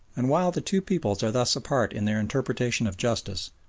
and while the two peoples are thus apart in their interpretation of justice,